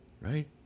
Right